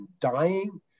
dying